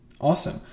Awesome